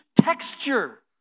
texture